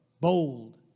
bold